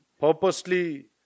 purposely